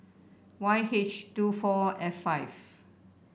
Y H two four F five